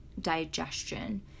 digestion